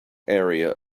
area